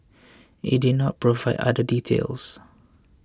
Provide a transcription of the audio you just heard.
it did not provide other details